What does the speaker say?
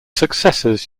successors